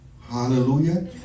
hallelujah